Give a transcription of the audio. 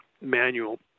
manual